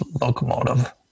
locomotive